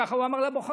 ככה הוא אמר לבוחרים.